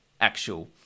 actual